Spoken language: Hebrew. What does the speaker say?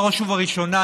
בראש ובראשונה,